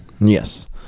yes